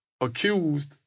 accused